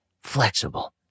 flexible